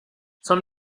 son